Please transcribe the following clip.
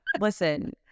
listen